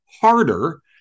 harder